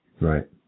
Right